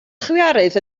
chwiorydd